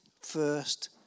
first